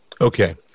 Okay